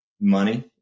money